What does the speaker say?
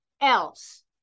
else